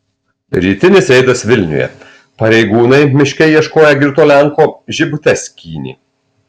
rytinis reidas vilniuje pareigūnai miške ieškoję girto lenko žibutes skynė